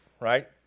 right